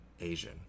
Asian